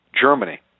Germany